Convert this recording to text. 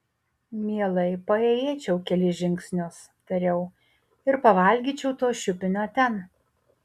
mielai paėjėčiau kelis žingsnius tariau ir pavalgyčiau to šiupinio ten